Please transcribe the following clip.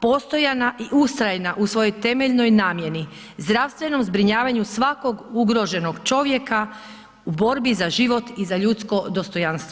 postojana i ustrajna u svojoj temeljnoj namjeni zdravstvenom zbrinjavanju svakog ugroženog čovjeka u borbi za život i za ljudsko dostojanstvo.